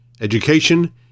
education